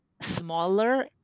smaller